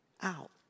out